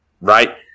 right